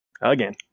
again